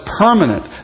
permanent